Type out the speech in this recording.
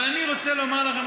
אבל אני רוצה לומר לכם,